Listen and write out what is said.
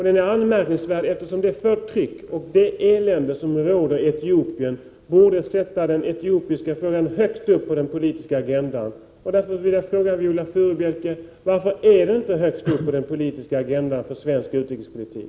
Den är anmärkningsvärd, eftersom det förtryck och det elände som råder i Etiopien borde sätta den etiopiska frågan högt upp på den politiska agendan. Därför vill jag fråga Viola Furubjelke: Varför står inte denna fråga högst uppe på den politiska agendan för svensk utrikespolitik?